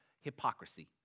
hypocrisy